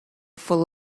full